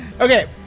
Okay